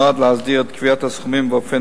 נועד להסדיר את קביעת הסכומים ואופן